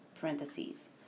parentheses